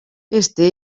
este